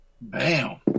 bam